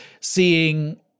seeing